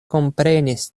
komprenis